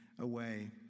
away